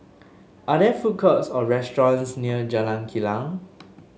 are there food courts or restaurants near Jalan Kilang